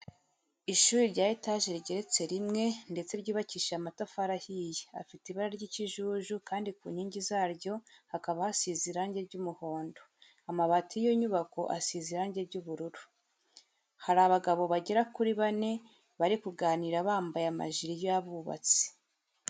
Ishuri rya etaje rigeretse rimwe ndetse ryubakishije amatafari ahiye, afite ibara ry'ikijuju kandi ku nkingi zaryo hakaba hasize irange ry'umuhondo, amabati y'iyi nyubako asize irange ry'ubururu. Hari abagabo bagera kuri bane bari kuganira bambaye amajiri y'abubatsi.